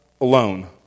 alone